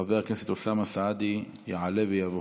חבר הכנסת אוסאמה סעדי יעלה ויבוא.